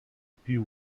più